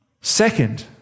Second